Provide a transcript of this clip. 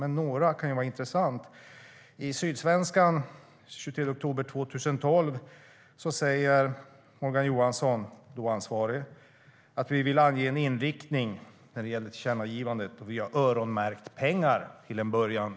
Men några citat kan vara intressanta.I Sydsvenskan den 23 oktober 2012 säger Morgan Johansson, då ansvarig, att man vill ange en inriktning och att man har öronmärkt pengar.